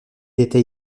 était